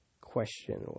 question